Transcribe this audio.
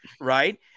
right